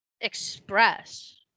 express